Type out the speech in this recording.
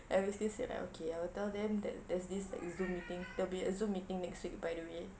ever since then like okay I'll tell them that there's this like zoom meeting there will be a zoom meeting next week by the way